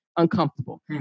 Uncomfortable